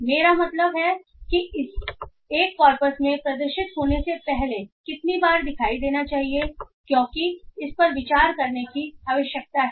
मेरा मतलब है कि इसे एक कॉर्पस में प्रदर्शित होने से पहले कितनी बार दिखाई देना चाहिए क्योंकि इस पर विचार करने की आवश्यकता है